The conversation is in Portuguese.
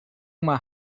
uma